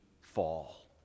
fall